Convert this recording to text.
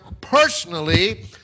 personally